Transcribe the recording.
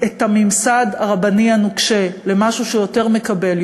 את הממסד הרבני הנוקשה למשהו שיותר מקבל,